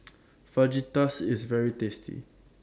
Fajitas IS very tasty